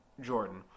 Jordan